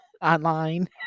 online